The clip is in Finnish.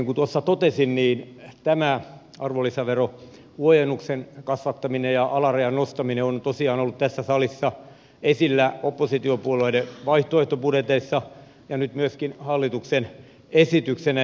niin kuin tuossa totesin tämä arvonlisäverohuojennuksen kasvattaminen ja alarajan nostaminen on tosiaan ollut tässä salissa esillä oppositiopuolueiden vaihtoehtobudjeteissa ja nyt myöskin hallituksen esityksenä